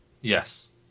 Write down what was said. Yes